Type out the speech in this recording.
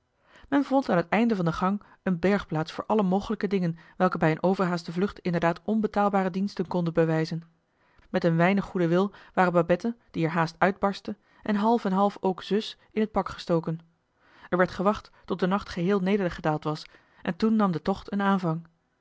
men vond aan het einde van de gang een bergplaats voor alle mogelijke dingen welke bij een overhaaste vlucht inderdaad onbetaalbare diensten konden bewijzen met een weinig goeden wil waren babette die er haast uitbarstte en half en half ook zus in het pak gestoken er werd gewacht tot de nacht geheel nedergedaald was en toen nam de tocht een aanvang